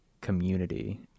community